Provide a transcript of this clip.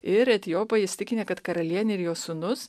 ir etiopai įsitikinę kad karalienė ir jos sūnus